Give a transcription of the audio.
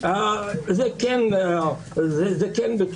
צריך להישאר בגדר שיקול הדעת של מקבלי ההחלטה,